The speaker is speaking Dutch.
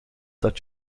dat